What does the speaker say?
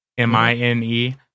m-i-n-e